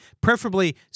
Preferably